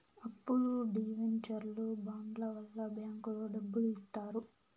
అప్పులు డివెంచర్లు బాండ్ల వల్ల బ్యాంకులో డబ్బులు ఇత్తారు